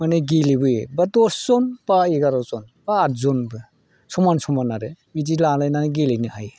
माने गेलेबोयो बा दस जन बा एगार'जन बा आदजनबो समान समान आरो बिदि लालायनानै गेलेनो हायो